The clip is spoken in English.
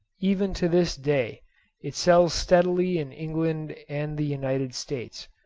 even to this day it sells steadily in england and the united states,